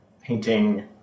painting